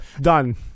Done